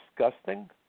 disgusting